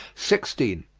sixteen.